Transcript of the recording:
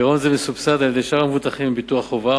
הגירעון הזה מסובסד על-ידי שאר המבוטחים בביטוח חובה,